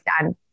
done